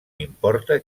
importa